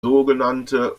sogenannte